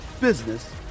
business